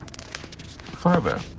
Father